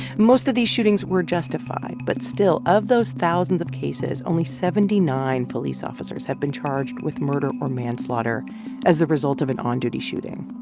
most of these shootings were justified, but still, of those thousands of cases, only seventy nine police officers have been charged with murder or manslaughter as the result of an on-duty shooting.